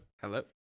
Hello